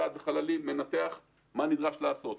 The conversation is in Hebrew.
סעד וחללים מנתח מה נדרש לעשות.